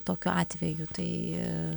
tokiu atveju tai